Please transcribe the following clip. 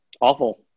Awful